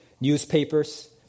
newspapers